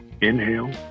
Inhale